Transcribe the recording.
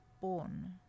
born